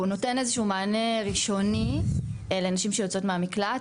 נותן איזשהו מענה ראשוני לנשים שיוצאות מהמקלט,